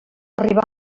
arribar